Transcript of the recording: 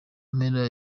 mpera